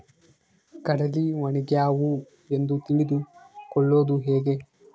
ಕಡಲಿ ಒಣಗ್ಯಾವು ಎಂದು ತಿಳಿದು ಕೊಳ್ಳೋದು ಹೇಗೆ?